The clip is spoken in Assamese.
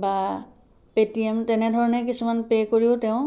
পে' টি এম তেনেধৰণৰ কিছুমান পে' কৰিও তেওঁ